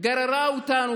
גררו אותנו,